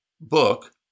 book